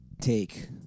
take